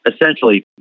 Essentially